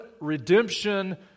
redemption